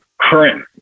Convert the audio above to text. current